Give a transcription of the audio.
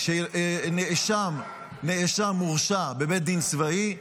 כשנאשם מורשע בבית דין צבאי,